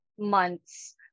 Months